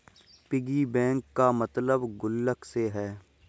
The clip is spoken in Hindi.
पिगी बैंक का मतलब गुल्लक से है